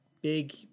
big